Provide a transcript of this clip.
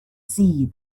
see